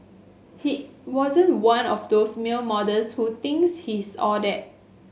he wasn't one of those male models who thinks he's all that